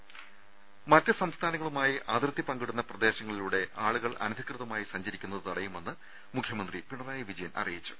ദേഴ സംസ്ഥാനങ്ങളുമായി അതിർത്തി പങ്കിടുന്ന മറ്റ് പ്രദേശങ്ങളിലൂടെ ആളുകൾ അനധികൃതമായി സഞ്ചരിക്കുന്നത് തടയുമെന്ന് മുഖ്യമന്ത്രി പിണറായി വിജയൻ അറിയിച്ചു